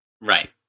right